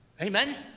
Amen